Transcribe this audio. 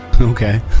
Okay